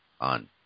on